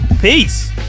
peace